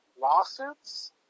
lawsuits